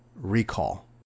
recall